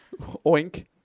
Oink